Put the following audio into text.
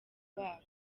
wabo